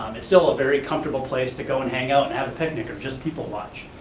um it's still a very comfortable place to go and hang out and have a picnic, or just people watch.